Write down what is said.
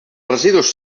residus